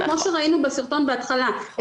כמו שראינו בסרטון בהתחלה,